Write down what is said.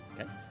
Okay